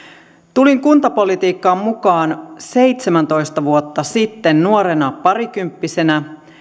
tulin kuntapolitiikkaan mukaan seitsemäntoista vuotta sitten nuorena parikymppisenä